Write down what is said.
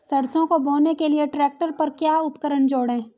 सरसों को बोने के लिये ट्रैक्टर पर क्या उपकरण जोड़ें?